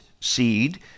seed